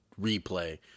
replay